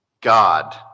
God